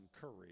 courage